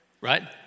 Right